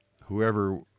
whoever